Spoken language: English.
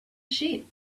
sheep